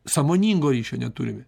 sąmoningo ryšio neturime